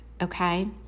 okay